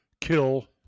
kill